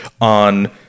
on